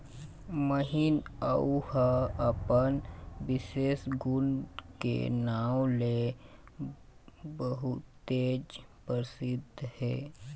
महीन ऊन ह अपन बिसेस गुन के नांव ले बहुतेच परसिद्ध हे